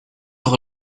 auch